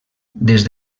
des